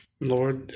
Lord